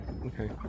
Okay